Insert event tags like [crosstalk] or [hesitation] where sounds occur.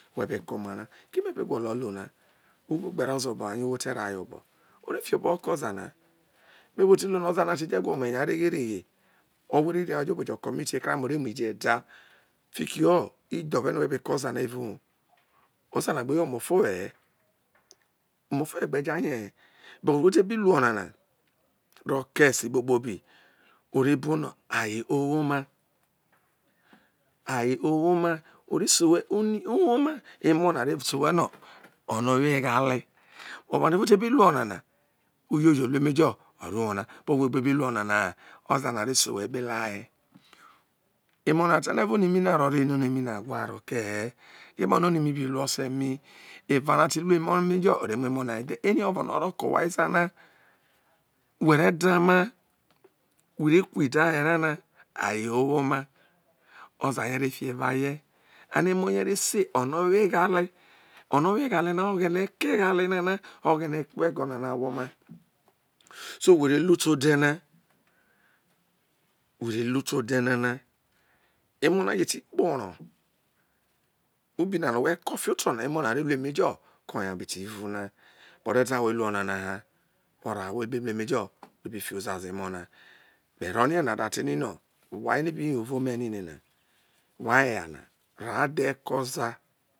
[unintelligible] we be ko̱ omara eme who be gwolo lu na? Ugbo gbe rọ oza oboho ugbo o̱ te ro̱ aye obo̱ ore fiobo̱ ho̱ ko̱ ozana kpeno̱ who̱ ti lu no̱ oza ote jo̱ egwo mu eya reghe reghe or ori riha ore jo̱ obo jo̱ commit e crinie o re mu idi eda fikio idho̱re no who be ke oza na ervao uwo oza ogbe wo oma ofowehe omofowe̱ gbe̱ jaye̱he̱ but wo te bi ru o̱ nana ro̱ke̱ e̱si kpokpobi o re bo no̱ aye owoma aye owoma ore se owhe oni owoma emo na a re se owhe no̱ o̱no̱ owo eghale ivo te bi lu onana uyoyou oro uwo na whe bi lu o̱nana ha oza o re se owhe ekpele aye emo ave ta no̱ eve oni mi na o̱ro̱ ene oni mi na owha aro kehe̱ epano̱ oni mi be lu ose̱ mi eva ra ore ti mu emo na e̱ dha. Ere o̱vo̱na o̱ro̱ ro̱ ke̱ owhia ezana we̱ re̱ daoma we re ku ide̱ ho̱ aye ra na aye owoma oza ye re fi eva ye a no emo ye̱ re sei o̱no̱ owo eghale no̱ o̱ghene gwa ego na na no̱ ọ ve̱ oma. So who re lu te ode na [hesitation] who re lu te ode nana emo̱ na je ti kpo oro̱ ubi na no̱ who̱ ko̱ fiho oto̱ na emo̱ na re lu eme jo̱ ko̱ye a be te vu na wo̱ ta no̱ whe̱ lu o̱nana ha oraha who be lu emejo whe bi fiho̱ uzu azo emo̱ na. Me rono̱ that ino whai no̱ obi uvo ni ne̱ ne̱ nai whai eya na ro̱ adhe̱ ke̱ oza